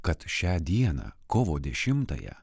kad šią dieną kovo dešimtąją